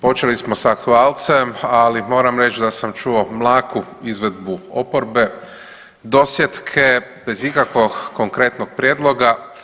Počeli smo sa aktualcem, ali moram reći da sam čuo mlaku izvedbu oporbe, dosjetke bez ikakvog konkretnog prijedloga.